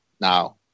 now